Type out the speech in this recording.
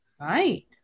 Right